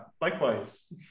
likewise